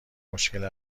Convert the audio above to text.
مشکل